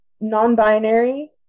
non-binary